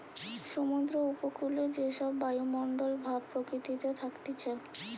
সমুদ্র উপকূলে যে সব বায়ুমণ্ডল ভাব প্রকৃতিতে থাকতিছে